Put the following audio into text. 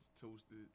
toasted